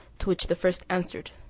to which the first answered,